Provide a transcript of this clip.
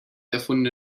erfundene